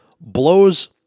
blows